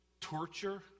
torture